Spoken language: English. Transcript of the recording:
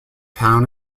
town